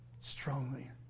strongly